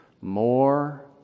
more